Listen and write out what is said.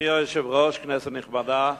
אדוני היושב-ראש, כנסת נכבדה,